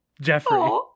Jeffrey